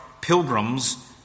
pilgrims